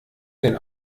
den